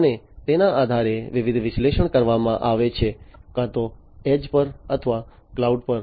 અને તેના આધારે વિવિધ વિશ્લેષણ કરવામાં આવે છે કાં તો એજ પર અથવા ક્લાઉડ પર